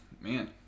Man